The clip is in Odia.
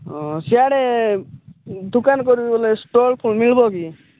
ହଁ ସିଆଡ଼େ ଦୋକାନ କରିଗଲେ ଷ୍ଟଲ୍ ମିଳିବକି